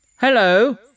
Hello